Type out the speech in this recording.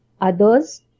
others